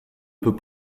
peut